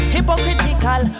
Hypocritical